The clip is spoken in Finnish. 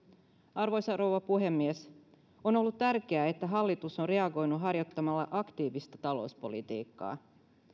arvoisa rouva puhemies on ollut tärkeää että hallitus on reagoinut harjoittamalla aktiivista talouspolitiikkaa